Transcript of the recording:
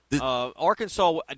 Arkansas